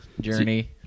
journey